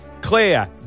Claire